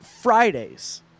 Fridays